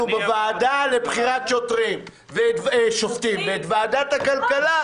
בוועדה לבחירת שופטים ואת ועדת הכלכלה,